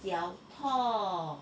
脚痛